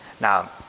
Now